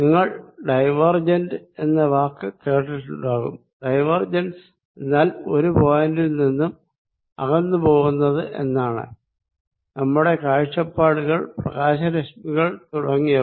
നിങ്ങൾ ഡൈവേർജന്റ് എന്ന വാക്ക് കേട്ടിട്ടുണ്ടാകും ഡൈവേർജെൻസ് എന്നാൽ ഒരു പോയിന്റിൽ നിന്നും അകന്നു പോകുന്നത് എന്നാണ് നമ്മുടെ കാഴ്ചപ്പാടുകൾ പ്രകാശരശ്മികൾ തുടങ്ങിയവ